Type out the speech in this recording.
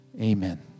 Amen